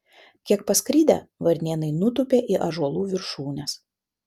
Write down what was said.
kiek paskridę varnėnai sutūpė į ąžuolų viršūnes